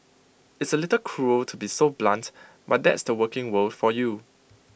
it's A little cruel to be so blunt but that's the working world for you